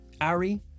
Ari